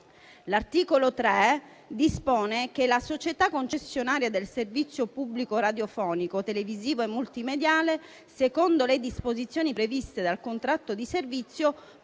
nazionale)* 1. La società concessionaria del servizio pubblico radiofonico, televisivo e multimediale, secondo le disposizioni previste dal contratto di servizio,